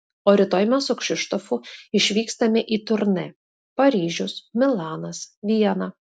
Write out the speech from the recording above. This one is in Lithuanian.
o rytoj mes su kšištofu išvykstame į turnė paryžius milanas viena